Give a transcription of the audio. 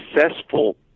successful